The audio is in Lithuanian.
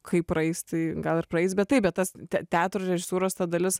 kai praeis tai gal ir praeis bet taip bet tas teatro režisūros ta dalis